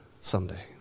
someday